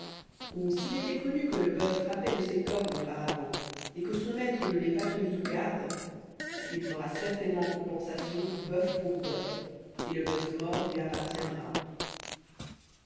ou s'il était connu que le bœuf frappait de ses cornes auparavant et que son maître ne l'ait pas tenu sous garde il fera certainement compensation bœuf pour bœuf et le mort lui appartiendra